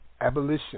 Abolition